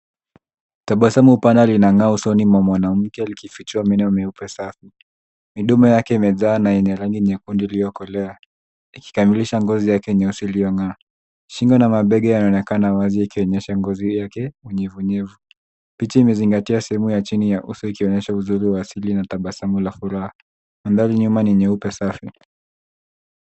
Tabasamu pana linang'aa usoni mwa mwanamke likifichua meno meupe sana. Midomo yake imejaa na yenye rangi nyekundu iliyokolea ikikamilisha ngozi yake nyeusi. iliyong'aa. Shingo na mabega yanaonekana wazi yakionyesha ngozi hiyo yake nyevunyevu. Picha imezingatia sehemu ya chini ya uso ikionyesha uzuri wa asili na tabasamu la furaha. Madhani nyuma ni nyeupe safi.